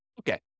Okay